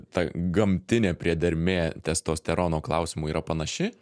ta gamtinė priedermė testosterono klausimu yra panaši